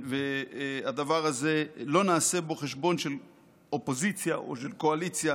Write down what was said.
בדבר הזה לא נעשה חשבון של אופוזיציה או של קואליציה